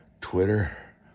Twitter